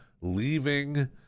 leaving